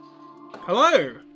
Hello